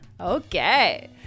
Okay